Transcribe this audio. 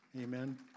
amen